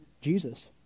Jesus